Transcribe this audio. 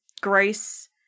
Grace